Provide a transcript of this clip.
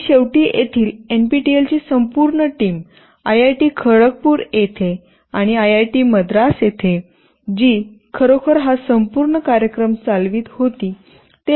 आणि शेवटी येथील NPTEL ची संपूर्ण टीम आयआयटी खडगपूर येथे आणि आयआयटी मद्रास येथे जी खरोखर हा संपूर्ण कार्यक्रम चालवित होती